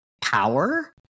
power